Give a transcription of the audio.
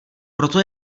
proto